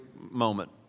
moment